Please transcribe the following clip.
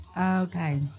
Okay